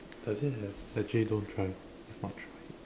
does it have actually don't try let's not try it